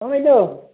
অঁ বাইদউ